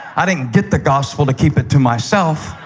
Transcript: i didn't get the gospel to keep it to myself.